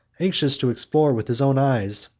anxious to explore, with his own eyes,